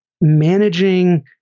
managing